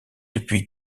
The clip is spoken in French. depuis